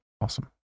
Awesome